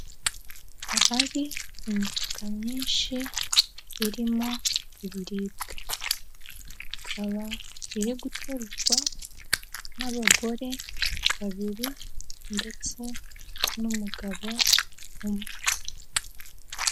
Ahari imifuka myinshi irimo ibiribwa, ikaba iri guterurwa n'abagore babiri ndetse n'umugabo umwe.